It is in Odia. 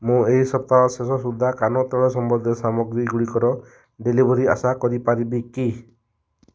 ମୁଁ ଏହି ସପ୍ତାହ ଶେଷ ସୁଦ୍ଧା କାନ ତେଲ ସମ୍ବନ୍ଧୀୟ ସାମଗ୍ରୀ ଗୁଡ଼ିକର ଡେଲିଭରି ଆଶା କରିପାରିବି କି